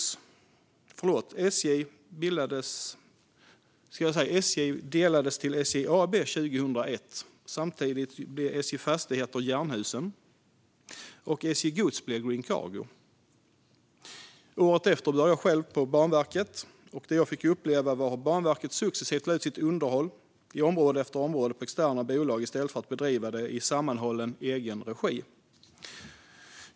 SJ AB bildades 2001. Samtidigt blev SJ Fastigheter till Jernhusen och SJ Gods till Green Cargo. Runt 2002 började jag på Banverket. Det jag fick uppleva då var hur Banverket successivt lade ut sitt underhåll på externa bolag i område efter område i stället för att bedriva det i egen regi.